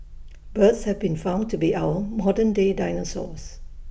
birds have been found to be our modern day dinosaurs